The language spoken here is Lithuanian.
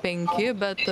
penki bet